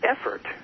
effort